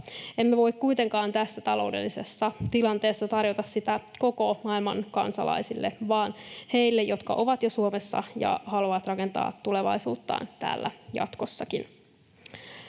Emme voi kuitenkaan tässä taloudellisessa tilanteessa tarjota sitä koko maailman kansalaisille vaan heille, jotka ovat jo Suomessa ja haluavat rakentaa tulevaisuuttaan täällä jatkossakin.